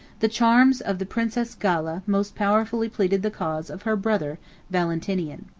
the charms of the princess galla most powerfully pleaded the cause of her brother valentinian.